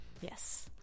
Yes